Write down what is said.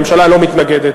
הממשלה לא מתנגדת.